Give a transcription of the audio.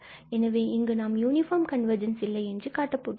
எனவே இங்கு நாம் இது யூனிபார்ம் கன்வர்ஜென்ஸ் இல்லை என்று காட்டப் போகிறோம்